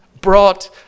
brought